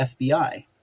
FBI